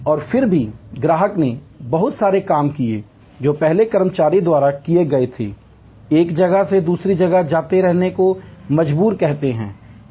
और फिर भी ग्राहक ने बहुत सारे काम किए जो पहले कर्मचारियों द्वारा किए गए थे जैसा कि अनुसंधान ने ज्यादातर मामलों में दिखाया ग्राहकको वास्तव में चिड़चिड़ापन महसूस करने के बजाय बहुत बेहतर लगा